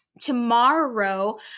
tomorrow